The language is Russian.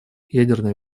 ядерная